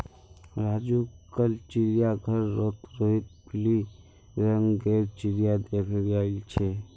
राजू कल चिड़ियाघर रोड रोहित पिली रंग गेर चिरया देख याईल छे